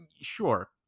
sure